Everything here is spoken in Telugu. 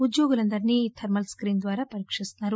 ఉద్యోగులందరినీ ఈ థర్మల్ స్కీన్ ద్వారా పరీకిస్తున్నారు